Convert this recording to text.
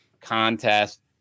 contest